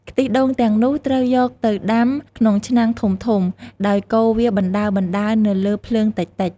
ខ្ទិះដូងទាំងនោះត្រូវយកទៅដាំក្នុងឆ្នាំងធំៗ ដោយកូរវាបណ្តើរៗនៅលើភ្លើងតិចៗ។